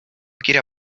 quiere